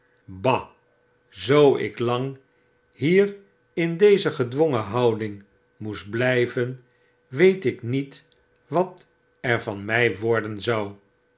bah zoo ik lang hier in deze gedwongen houding moest blijven weet ik niet wat er van mij worden zou